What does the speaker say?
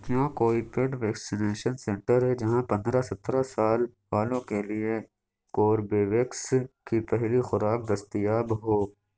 کیا کوئی paid vaccination centre ہے جہاں پندرہ سترہ سال والوں کے لیے کوربیویکس کی پہلی خوراک دستیاب ہو